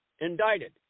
Indicted